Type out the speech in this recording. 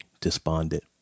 despondent